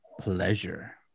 pleasure